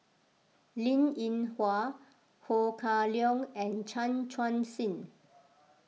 Linn in Hua Ho Kah Leong and Chan Chun Sing